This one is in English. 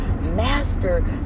master